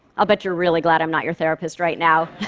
ah bet you're really glad i'm not your therapist right now.